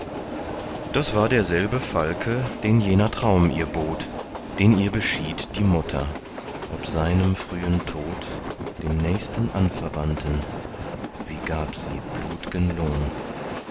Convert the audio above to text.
das war derselbe falke den jener traum ihr bot den ihr beschied die mutter ob seinem frühen tod den nächsten anverwandten wie gab sie blutgen lohn